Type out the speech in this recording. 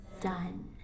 Done